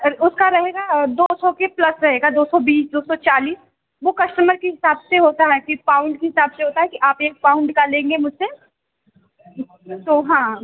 उसका रहेगा दो सौ के प्लस रहेगा दो सौ बीस दो सौ चालीस वो कस्टमर के हिसाब से होता है कि पाउंड के हिसाब से होता है कि आप एक पाउंड का लेंगे मुझ से तो हाँ